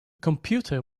computer